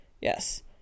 Yes